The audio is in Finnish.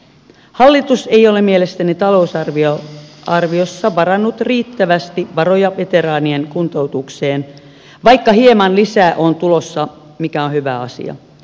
hallitus ei ole mielestäni talousarviossa varannut riittävästi varoja veteraanien kuntoutukseen vaikka hieman lisää on tulossa mikä on hyvä asia